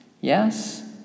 yes